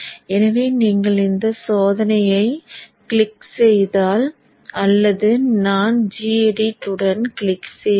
எனவே நீங்கள் இந்த சோதனையை கிளிக் செய்தால் அல்லது நான் g எடிட் உடன் கிளிக் செய்வேன்